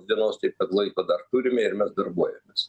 dienos taip kad laiko dar turime ir mes darbuojamės